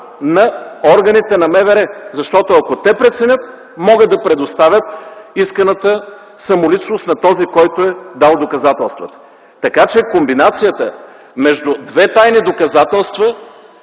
на органите на МВР? Защото, ако те преценят, могат да предоставят исканата самоличност на този, който е дал доказателствата. Така че комбинацията между две тайни доказателства,